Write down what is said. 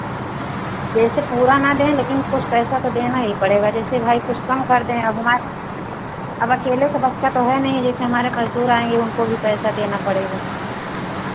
जैसे पूरा ना दें लेकिन कुछ पैसा तो देना ही पड़ेगा जैसे भाई कुछ कम कर देना अब हमारे अब अकेले के वश का तो है नहीं जैसे हमारे मज़दूर आएंगे उनको भी पैसा देना पड़ेगा